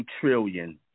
trillion